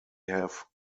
have